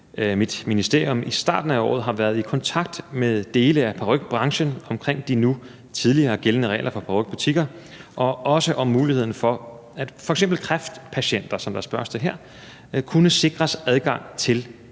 mit ministerium i starten af året har været i kontakt med dele af parykbranchen omkring de nu tidligere gældende regler for parykbutikker og også om muligheden for, at f.eks. kræftpatienter, som der spørges til her, kunne sikres adgang til at